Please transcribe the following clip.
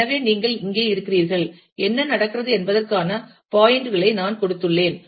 எனவே நீங்கள் இங்கே இருக்கிறீர்கள் என்ன நடக்கிறது என்பதற்கான பாயின்ட் களை நான் கொடுத்துள்ளேன்